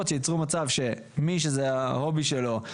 שייצרו מצב שמי שזה ההובי שלו לא ייפגע,